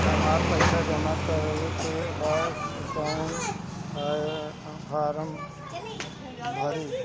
हमरा पइसा जमा करेके बा कवन फारम भरी?